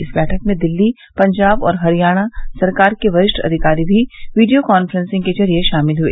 इस बैठक में दिल्ली पंजाब और हरियाणा सरकार के वरिष्ठ अधिकारी भी वीडियो कॉन्फ्रेंस के जरिए शामिल हुए